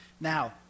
Now